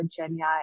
Virginia